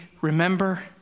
remember